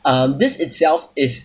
um this itself is